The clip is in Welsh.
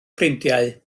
ffrindiau